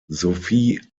sophie